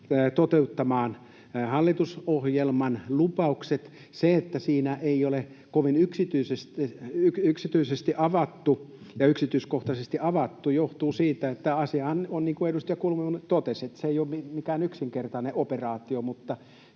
toteuttamaan hallitusohjelman lupaukset. Se, että sitä ei ole kovin yksityiskohtaisesti avattu, johtuu siitä, että asiahan on niin kuin edustaja Kulmuni totesi: se ei ole mikään yksinkertainen operaatio. Mutta